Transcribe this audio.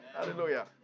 Hallelujah